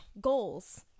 goals